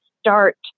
start